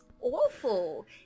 awful